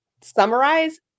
summarize